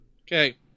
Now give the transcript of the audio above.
Okay